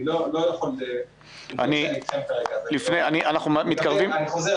אני לא יכול --- אנחנו מתקרבים --- אני חוזר,